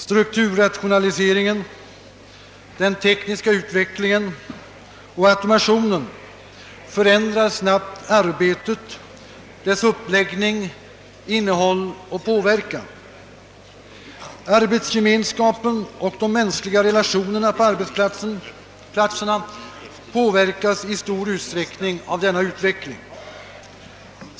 Strukturrationaliseringen, den tekniska utvecklingen och automationen förändrar snabbt arbetet, dess uppläggning, innehåll och påverkan. Arbetsgemenskapen och de mänskliga relationerna på arbetsplatserna påverkas i stor utsträckning av denna utveckling.